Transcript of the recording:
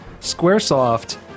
Squaresoft